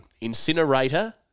Incinerator